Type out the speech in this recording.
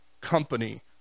company